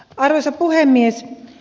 arvoisa puhemies